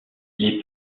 les